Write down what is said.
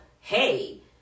hey